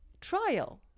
trial